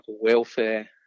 welfare